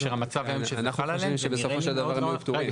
כאשר המצב הוא --- אנחנו חושבים שבסופו של דבר הם יהיו פטורים.